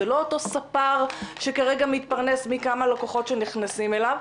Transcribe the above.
זה לא אותו ספר שכרגע מתפרנס מכמה לקוחות שנכסים אליו.